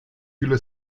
viele